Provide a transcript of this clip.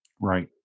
right